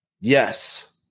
Yes